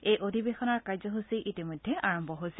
এই অধিৱেশনৰ কাৰ্যসূচী ইতিমধ্যে আৰম্ভ হৈছে